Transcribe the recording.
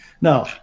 Now